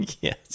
Yes